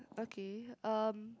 okay um